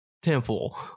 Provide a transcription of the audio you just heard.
temple